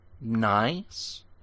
nice